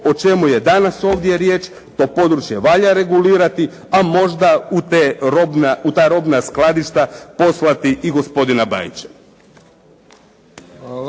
o čemu je danas ovdje riječ to područje valja regulirati, a možda u ta robna skladišta poslati i gospodina Bajića.